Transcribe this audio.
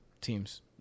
teams